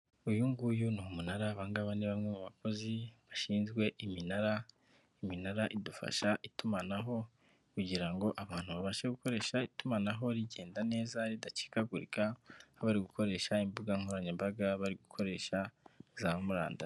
Uyu nguyu ni umunara, aba ngaba ni bawe mu bakozi bashinzwe iminara, iminara idufafsha itumanaho kugira ngo abantu babashe gukoresha itumanaho rigenda neza ridacikagurika. Bari gukoresha imbuga nkoranyambaga; bari gukoresha za murandasi.